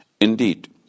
Indeed